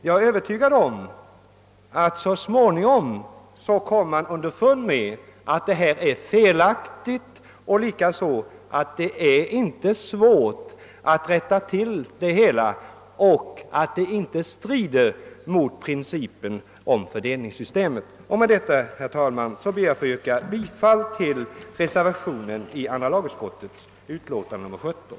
Jag är övertygad om att man så småningom skall komma underfund med att det nuvarande systemet är felaktigt och att det inte är svårt att rätta till saken och att detta inte heller skulle strida mot fördelningssystemets princip. Med detta, herr talman, ber jag att få yrka bifall till reservationen i andra lagutskottets utlåtande nr 17.